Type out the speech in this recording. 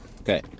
Okay